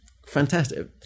Fantastic